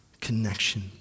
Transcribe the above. connection